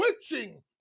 switching